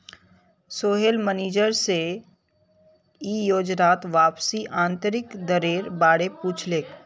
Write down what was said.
Sohail manager से ई योजनात वापसीर आंतरिक दरेर बारे पुछले